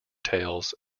tales